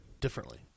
differently